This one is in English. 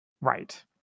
Right